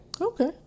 Okay